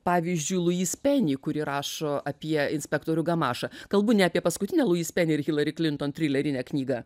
pavyzdžiui luis peni kuri rašo apie inspektorių gamašą kalbu ne apie paskutinę luis peni ir hilary klinton trilerinę knygą